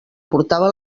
portava